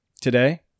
today